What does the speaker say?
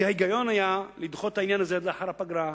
כי ההיגיון היה לדחות את העניין הזה עד לאחר הפגרה,